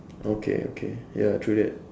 okay okay ya true that